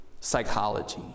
psychology